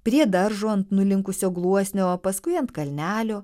prie daržo ant nulinkusio gluosnio o paskui ant kalnelio